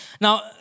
Now